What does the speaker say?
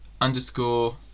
underscore